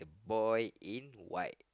boy in white